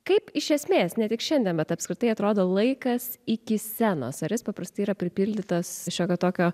kaip iš esmės ne tik šiandien bet apskritai atrodo laikas iki scenos ar jis paprastai yra pripildytas šiokio tokio